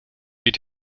wird